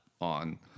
on